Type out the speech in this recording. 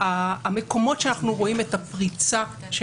המקומות שאנחנו רואים את הפריצה של